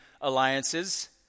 alliances